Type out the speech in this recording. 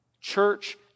church